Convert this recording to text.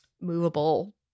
movable